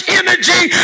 energy